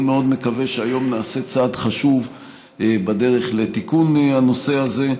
אני מאוד מקווה שהיום נעשה צעד חשוב בדרך לתיקון הנושא הזה,